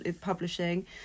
publishing